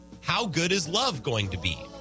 how-good-is-love-going-to-be